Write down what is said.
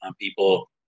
people